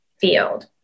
field